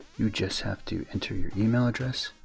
you just have to enter your email address